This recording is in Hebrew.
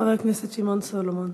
חבר הכנסת שמעון סולומון.